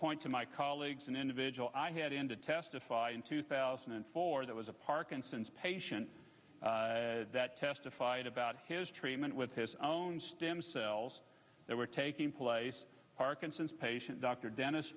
point to my colleagues an individual i had into testify in two thousand and four that was a parkinson's patient that testified about his treatment with his own stem cells that were taking place parkinson's patient doctor dentis